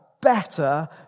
better